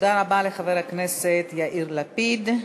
תודה רבה לחבר הכנסת יאיר לפיד.